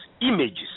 images